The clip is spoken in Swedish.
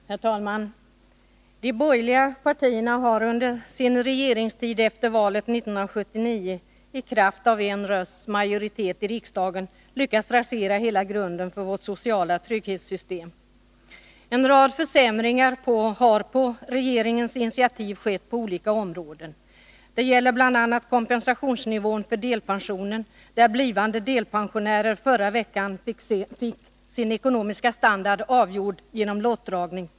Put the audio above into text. Herr talman! De borgerliga partierna har under sin regeringstid efter valet 1979 i kraft av en rösts majoritet i riksdagen lyckats rasera hela grunden för vårt sociala trygghetssystem. En rad försämringar har på regeringens initiativ skett på olika områden. Det gäller bl.a. kompensationsnivån för delpensionen, där blivande delpensionärer förra veckan fick sin ekonomiska standard avgjord genom lottdragning.